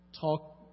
talk